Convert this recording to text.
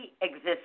exists